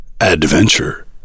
Adventure